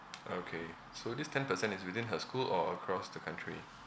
okay so this ten percent is within her school or across the country